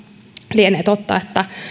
lienee totta että